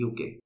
UK